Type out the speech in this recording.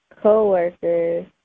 coworkers